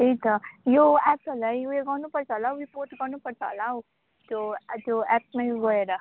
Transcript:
त्यही त यो एप्सहरूलाई ऊ यो गर्नुपर्छ होला हौ रिपोर्ट गर्नुपर्छ होला हौ त्यो त्यो एप्समै गएर